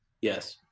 Yes